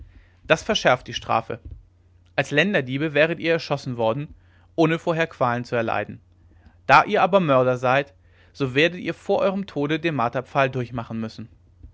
das verschärft die strafe als länderdiebe wäret ihr erschossen worden ohne vorher qualen zu erleiden da ihr aber mörder seid so werdet ihr vor euerm tode den marterpfahl durchmachen müssen